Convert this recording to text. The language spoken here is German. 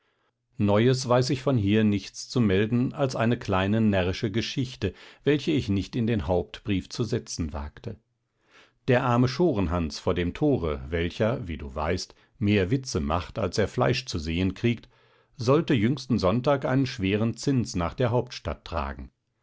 neues weiß ich von hier nichts zu melden als eine kleine närrische geschichte welche ich nicht in den hauptbrief zu setzen wagte der arme schorenhans vor dem tore welcher wie du weißt mehr witze macht als er fleisch zu sehen kriegt sollte jüngsten sonntag einen schweren zins nach der hauptstadt tragen